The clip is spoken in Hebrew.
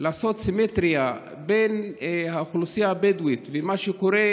לעשות סימטריה בין האוכלוסייה הבדואית ומה שקורה